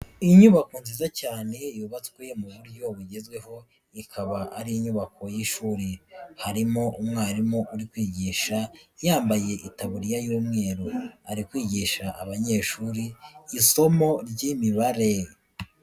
Inyubako nziza cyane yubatswe mu buryo bugezweho ikaba ari inyubako y'ishuri, harimo umwarimu uri kwigisha yambaye itaburiya y'umweru, ari kwigisha abanyeshuri isomo ry'imibare.